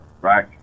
right